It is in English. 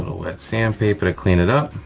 wet sandpaper to clean it up,